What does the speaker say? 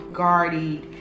guarded